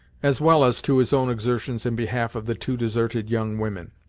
as well as to his own exertions in behalf of the two deserted young women.